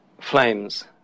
flames